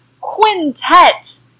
quintet